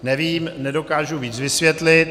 Nevím, nedokážu víc vysvětlit.